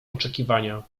oczekiwania